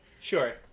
Sure